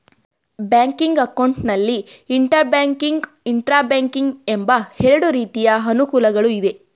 banking account ನಲ್ಲಿ inter banking, intra banking ಎಂಬ ಎರಡು ರೀತಿಯ ಅನುಕೂಲಗಳು ಇವೆ